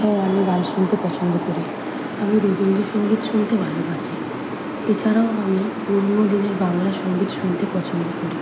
হ্যাঁ আমি গান শুনতে পছন্দ করি আমি রবীন্দ্রসঙ্গীত শুনতে ভালোবাসি এছাড়াও আমি পুরনো দিনের বাংলা সঙ্গীত শুনতে পছন্দ করি